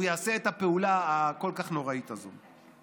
והוא יעשה את הפעולה הכל-כך נוראית הזו.